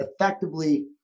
effectively